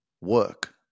work